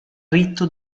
ritto